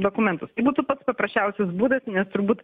dokumentus tai būtų pats paprasčiausias būdas nes turbūt